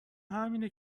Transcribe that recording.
همینه